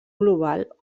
global